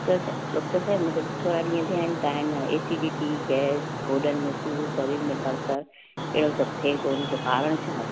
doctor doctor साहिब मुखे थोड़ा ॾींअं थिया आहिनि तव्हांजे न एसीडिटी थी गैस गोॾनि में सूर शरीर में कड़्क अहिड़ो सभु थिए थो कारण छा आहे